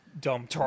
dumb